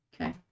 Okay